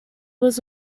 was